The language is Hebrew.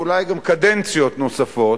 ואולי גם קדנציות נוספות,